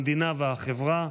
המדינה והחברה,